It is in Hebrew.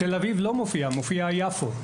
יש את יפו,